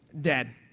dead